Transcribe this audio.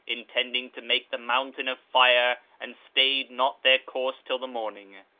intending to make the mountain of fire and stayed not their course till the morning.